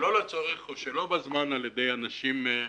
שלא לצורך או שלא בזמן על ידי אנשים נוספים.